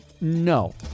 no